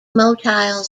motile